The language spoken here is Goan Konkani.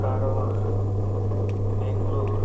कारवार मेंगलोर